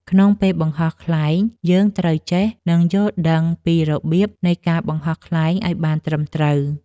ក្នុងពេលបង្ហោះខ្លែងយើងត្រូវចេះ និងយល់ដឹងពីរបៀបនៃការបង្ហោះខ្លែងឲ្យបានត្រឹមត្រូវ។